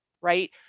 Right